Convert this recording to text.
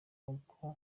gufatira